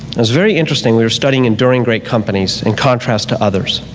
it was very interesting, we were studying enduring great companies in contrast to others,